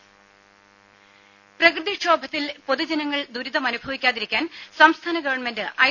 രും പ്രകൃതി ക്ഷോഭത്തിൽ പൊതുജനങ്ങൾ ദുരിതമനുഭവിക്കാതി രിക്കാൻ സംസ്ഥാന ഗവൺമെന്റ് ഐ